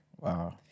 Wow